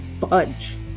budge